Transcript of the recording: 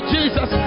Jesus